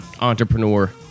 Entrepreneur